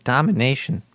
Domination